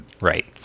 Right